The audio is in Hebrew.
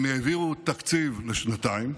הם העבירו תקציב לשנתיים,